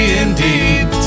indeed